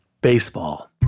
baseball